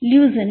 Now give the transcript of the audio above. leucine